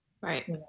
right